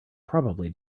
probably